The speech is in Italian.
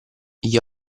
gli